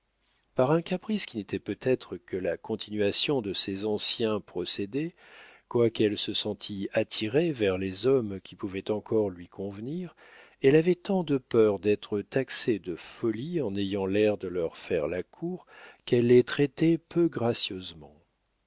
par un caprice qui n'était peut-être que la continuation de ses anciens procédés quoiqu'elle se sentît attirée vers les hommes qui pouvaient encore lui convenir elle avait tant de peur d'être taxée de folie en ayant l'air de leur faire la cour qu'elle les traitait peu gracieusement